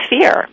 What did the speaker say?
fear